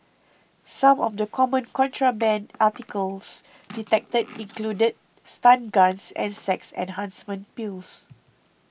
some of the common contraband articles detected included stun guns and sex enhancement pills